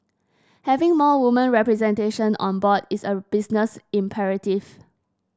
having more women representation on board is a business imperative